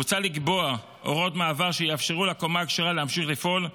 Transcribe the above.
מוצע לקבוע הוראות מעבר שיאפשרו לקומה הכשרה להמשיך לפעול,